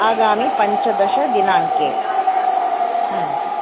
आगामीपञ्चदशदिनाङ्के